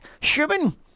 HUMAN